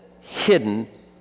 hidden